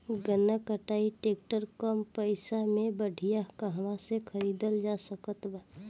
गन्ना कटाई ट्रैक्टर कम पैसे में बढ़िया कहवा से खरिदल जा सकत बा?